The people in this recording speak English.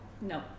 No